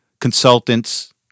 consultants